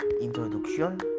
introduction